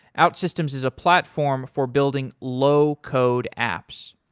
outsystems is a platform for building low code apps.